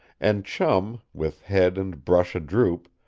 and chum, with head and brush a-droop,